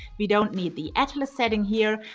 we don't need the atlas section here,